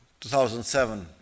2007